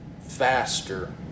faster